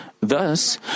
Thus